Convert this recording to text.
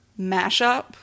mashup